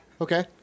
Okay